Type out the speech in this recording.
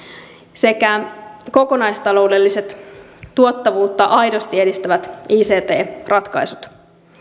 sekä kokonaistaloudelliset tuottavuutta aidosti edistävät ict ratkaisut